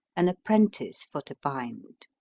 an apprentice for to binde.